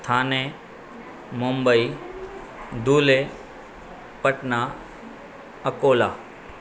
Thane Mumbai Dhule Patna Akola